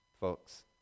folks